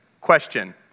Question